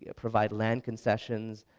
ah provide land concessions,